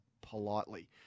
politely